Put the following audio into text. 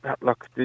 Look